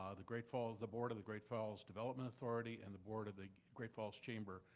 ah the great falls, the board of the great falls development authority and the board of the great falls chamber,